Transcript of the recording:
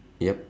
yup